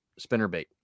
spinnerbait